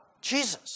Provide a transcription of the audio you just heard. Jesus